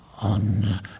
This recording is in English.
on